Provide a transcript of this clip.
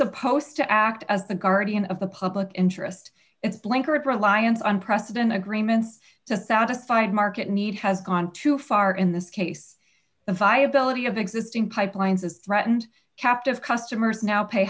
supposed to act as the guardian of the public interest it's blinkered reliance on precedent agreements to satisfy and market need has gone too far in this case the viability of existing pipelines is threatened captive customers now pay